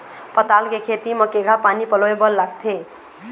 पताल के खेती म केघा पानी पलोए बर लागथे?